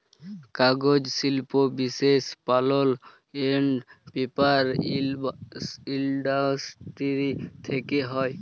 কাগজ শিল্প বিশেষ পাল্প এল্ড পেপার ইলডাসটিরি থ্যাকে হ্যয়